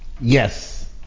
Yes